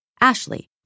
Ashley